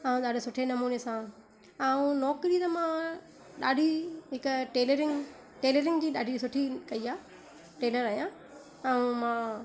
ऐं ॾाढे सुठे नमूने सां ऐं नौकिरी त मां ॾाढी हिकु टेलरिंग जी ॾाढी सुठी कई आहे टेलर आहियां ऐं मां